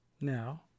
Now